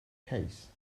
case